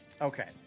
Okay